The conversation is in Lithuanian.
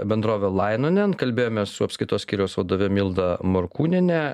bendrovė lainonen nekalbėjome su apskaitos skyriaus vadove milda morkūniene